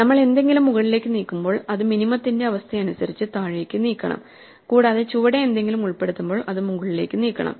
നമ്മൾ എന്തെങ്കിലും മുകളിലേക്ക് നീക്കുമ്പോൾ അത് മിനിമത്തിന്റെ അവസ്ഥയനുസരിച്ച് താഴേക്ക് നീക്കണം കൂടാതെ ചുവടെ എന്തെങ്കിലും ഉൾപ്പെടുത്തുമ്പോൾ അത് മുകളിലേക്ക് നീക്കണം